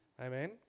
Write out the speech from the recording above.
Amen